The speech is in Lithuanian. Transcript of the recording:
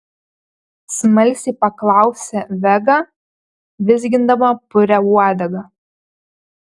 smalsiai paklausė vega vizgindama purią uodegą